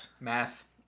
Math